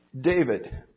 David